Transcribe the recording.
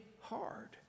hard